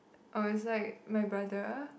oh it's like my brother